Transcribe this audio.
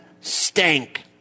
stank